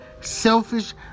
selfish